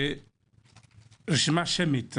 ורשימה שמית,